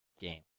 game